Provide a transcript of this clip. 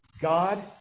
God